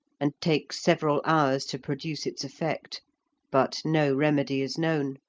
and takes several hours to produce its effect but no remedy is known,